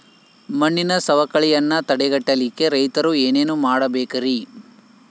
ಮಣ್ಣಿನ ಸವಕಳಿಯನ್ನ ತಡೆಗಟ್ಟಲಿಕ್ಕೆ ರೈತರು ಏನೇನು ಮಾಡಬೇಕರಿ?